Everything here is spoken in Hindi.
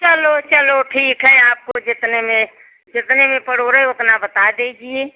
चलो चलो ठीक है आपको जितने में जितने में पर्वड़े उतना बता दीजिए